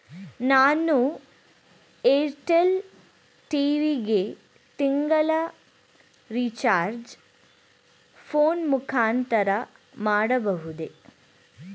ನಾನು Airtel TV ಗೆ ತಿಂಗಳ ರಿಚಾರ್ಜ್ ಫೋನ್ ಮುಖಾಂತರ ಮಾಡಬಹುದೇ?